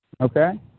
okay